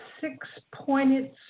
six-pointed